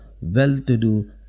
well-to-do